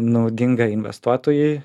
naudinga investuotojui